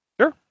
Sure